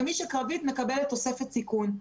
מי שקרבית, מקבלת תוספת סיכון.